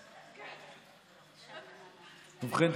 ובכן,